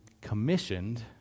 commissioned